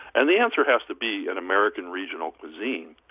and the answer has to be an american regional cuisine.